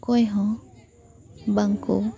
ᱚᱠᱚᱭ ᱦᱚᱸ ᱵᱟᱝᱠᱚ